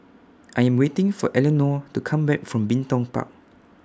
I Am waiting For Elenore to Come Back from Bin Tong Park